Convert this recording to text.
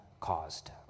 caused